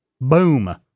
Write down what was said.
Boom